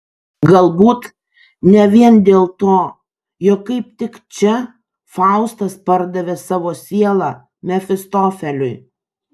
galbūt ne vien dėl to jog kaip tik čia faustas pardavė savo sielą mefistofeliui